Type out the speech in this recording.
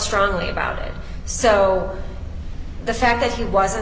strongly about it so the fact that he was